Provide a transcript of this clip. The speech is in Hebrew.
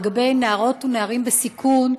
לגבי נערות ונערים בסיכון: